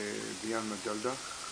ביאן מג'אדלה.